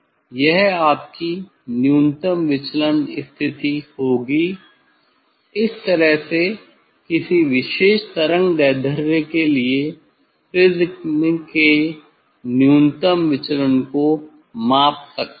यह आपकी न्यूनतम विचलन स्थिति होगी इस तरह से किसी विशेष तरंगदैर्ध्य के लिए प्रिज्म के न्यूनतम विचलन को माप सकते हैं